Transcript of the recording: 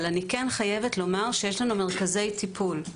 אבל יש לנו מרכזי טיפול,